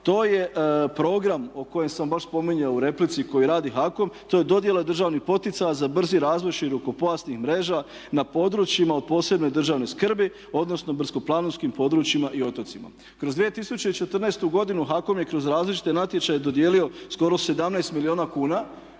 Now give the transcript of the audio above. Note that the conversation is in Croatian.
to je program o kojem sam baš spominjao u replici koji radi HAKOM, to je dodjela državnih poticaja za brzi razvoj širokopojasnih mreža na područjima od posebne državne skrbi odnosno brdsko-planinskim područjima i otocima. Kroz 2014. godinu HAKOM je kroz različite natječaje dodijelio skoro 17 milijuna kuna